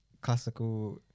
Classical